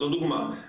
זו דוגמה.